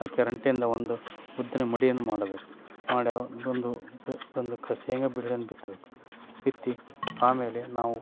ಅದಕ್ಕೆ ರಂಟೆಯಿಂದ ಒಂದು ಉದ್ದನೆಯ ಮಡಿಯನ್ನು ಮಾಡಬೇಕು ಮಾಡಿ ಬಂದು ಬಂದು ಕ ಶೇಂಗಾ ಬೀಜವನ್ನು ಬಿತ್ತಬೇಕು ಬಿತ್ತಿ ಆಮೇಲೆ ನಾವು